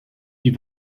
die